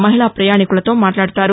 మహిళా ప్రయాణికులతో మాట్లాడతారు